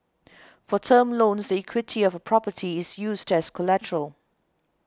for term loans the equity of a property is used as collateral